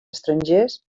estrangers